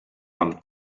all